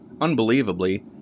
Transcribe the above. Unbelievably